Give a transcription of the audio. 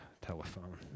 telephone